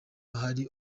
hari